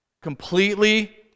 Completely